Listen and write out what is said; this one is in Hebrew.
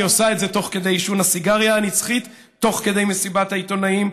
היא עושה את זה תוך כדי עישון הסיגריה הנצחית תוך כדי מסיבת העיתונאים.